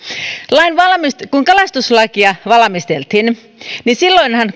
kun kalastuslakia kuusi vuotta valmisteltiin niin silloinhan